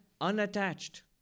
unattached